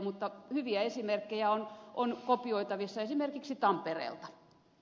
mutta hyviä esimerkkejä on kopioitavissa esimerkiksi tampereelta